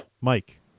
mike